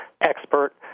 expert